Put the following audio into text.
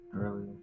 earlier